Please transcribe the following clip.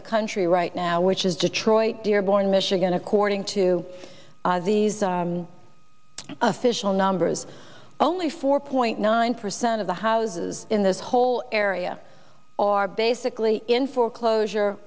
the country right now which is detroit dearborn michigan according to these official numbers only four point nine percent of the houses in this whole area or are basically in foreclosure